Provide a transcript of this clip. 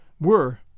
were